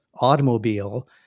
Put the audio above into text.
automobile